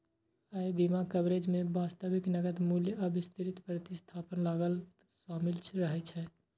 अय बीमा कवरेज मे वास्तविक नकद मूल्य आ विस्तृत प्रतिस्थापन लागत शामिल रहै छै